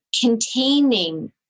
containing